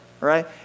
right